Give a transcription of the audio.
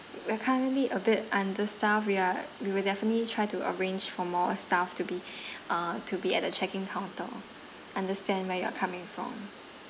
we are currently a bit understaffed we are we will definitely try to arrange for more staff to be uh to be at the check in counter understand where you are coming from